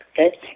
okay